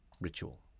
ritual